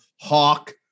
Hawk